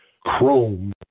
Chrome